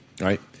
right